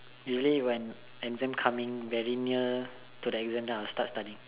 really when exam coming very near to the exam then I start studying